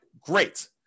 great